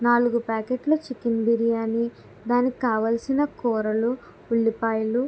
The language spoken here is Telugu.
నాలుగు ప్యాకెట్లు చికెన్ బిర్యానీ దానికి కావాల్సిన కూరలు ఉల్లిపాయలు